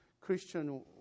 Christian